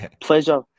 pleasure